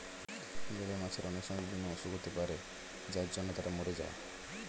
জলের মাছের অনেক সময় বিভিন্ন অসুখ হতে পারে যার জন্য তারা মোরে যায়